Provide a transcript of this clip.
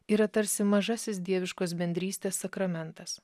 yra tarsi mažasis dieviškos bendrystės sakramentas